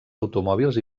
automòbils